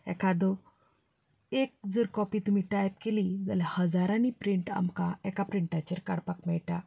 एकादो एक जर कॉपी तुमी टायप केली जाल्यार हजारांनी प्रिंट आमकां एका प्रिंटाचेर काडपाक मेळटा